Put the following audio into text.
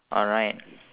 alright